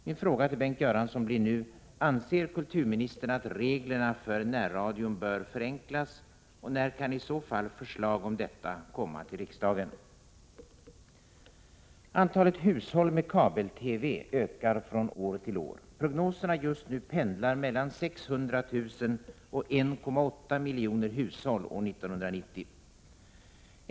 Min fråga till Bengt Göransson blir nu: Anser kulturministern att reglerna för närradion bör förenklas, och när kan i så fall förslag om detta komma till riksdagen? Antalet hushåll med kabel-TV ökar från år till år. Prognoserna just nu pendlar mellan 600 000 och 1,8 miljoner hushåll år 1990.